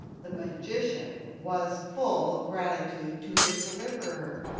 the magician was full of gratitude to his deliverer,